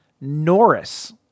Norris